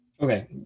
Okay